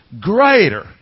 greater